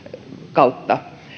kautta